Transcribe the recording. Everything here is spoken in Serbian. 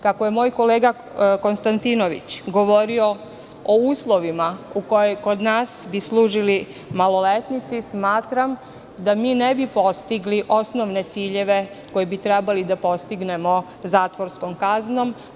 Kako je moj kolega Konstantinović govorio o uslovima u kojima kod nas služe maloletnici, smatram da mi ne bi postigli osnovne ciljeve koje bi trebalo da postignemo zatvorskom kaznom.